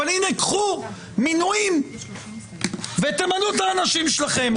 אבל קחו מינויים ותמנו את האנשים שלכם".